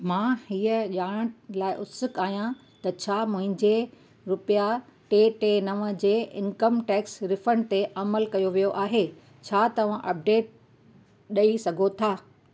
मां हीअ ॼाणण लाइ उत्सुक आहियां त छा मुंहिंजे रुपया टे टे नव जे इनकम टैक्स रिफंड ते अमल कयो वियो आहे छा तव्हां अपडेट ॾेई सघो था